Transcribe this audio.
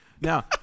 Now